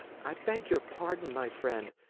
i beg your pardon, my friend,